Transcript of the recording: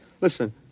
Listen